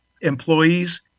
employees